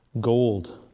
gold